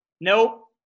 Nope